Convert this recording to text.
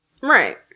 Right